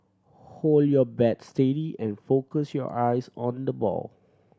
hold your bats steady and focus your eyes on the ball